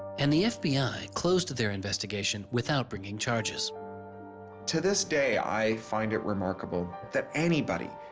and the fbi closed thier investigation without bringing charges to this day i find it remarkable, that anybody,